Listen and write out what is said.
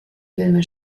filme